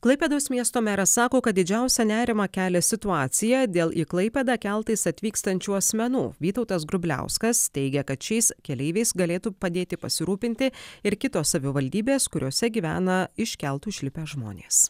klaipėdos miesto meras sako kad didžiausią nerimą kelia situacija dėl į klaipėdą keltais atvykstančių asmenų vytautas grubliauskas teigė kad šiais keleiviais galėtų padėti pasirūpinti ir kitos savivaldybės kuriose gyvena iš keltų išlipę žmonės